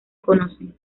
conocen